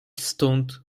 stąd